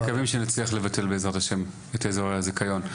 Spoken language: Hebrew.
נקווה שנצליח לבטל בע"ה את אזורי הזיכיון.